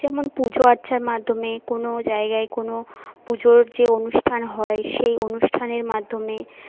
যেমন পুজোআর্চার মাধ্যমে কোনও জায়গায় কোনও পুজোর যে অনুষ্ঠান হয় সেই অনুষ্ঠানের মাধ্যমে